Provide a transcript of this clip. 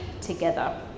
together